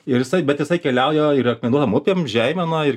ir jisai bet jisai keliauja ir akmenuotom upėm žeimena ir